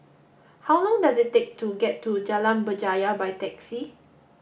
how long does it take to get to Jalan Berjaya by taxi